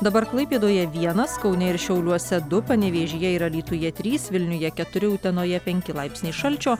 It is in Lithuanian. dabar klaipėdoje vienas kaune ir šiauliuose du panevėžyje ir alytuje trys vilniuje keturi utenoje penki laipsniai šalčio